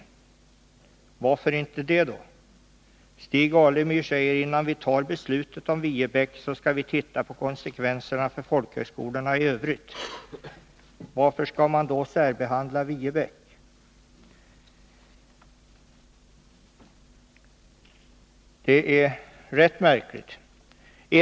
Varför gör man då inte det? Stig Alemyr säger att innan vi fattar beslutet om Viebäck skall vi se på konsekvenserna för folkhögskolorna i övrigt. Varför skall man då särbehandla Viebäck? Det är rätt märkligt.